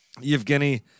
Yevgeny